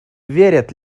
верят